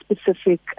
specific